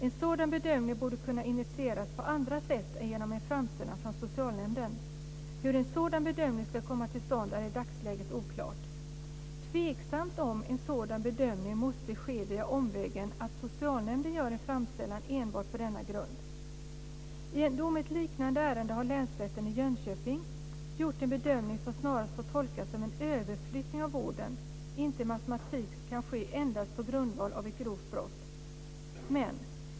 En sådan bedömning borde kunna initieras på andra sätt än genom en framställan från socialnämnden. Hur en sådan bedömning ska komma till stånd är i dagsläget oklart. Tveksamt om en sådan bedömning måste ske via omvägen att socialnämnden gör en framställan enbart på denna grund. I en dom i ett liknande ärende har länsrätten i Jönköping . gjort en bedömning som snarast får tolkas som att en överflyttning av vårdnaden inte med automatik kan ske endast på grundval av ett grovt brott.